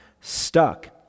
stuck